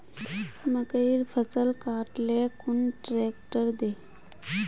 मकईर फसल काट ले कुन ट्रेक्टर दे?